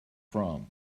from